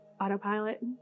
autopilot